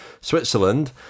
Switzerland